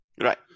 right